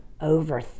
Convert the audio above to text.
over